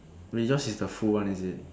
wait yours is the full one is it